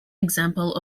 example